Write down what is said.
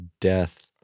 death